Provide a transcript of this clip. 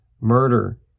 murder